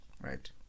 right